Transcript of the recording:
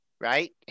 right